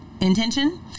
Intention